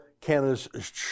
Canada's